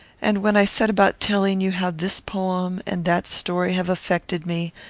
and when i set about telling you how this poem and that story have affected me,